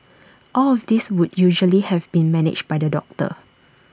all of this would usually have been managed by the doctor